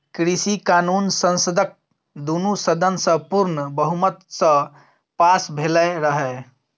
कृषि कानुन संसदक दुनु सदन सँ पुर्ण बहुमत सँ पास भेलै रहय